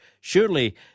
Surely